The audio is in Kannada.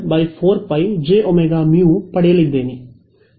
ಆದ್ದರಿಂದ ನಾನು IΔz 4π jωμ ಪಡೆಯಲಿದ್ದೇನೆ